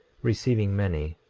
receiving many,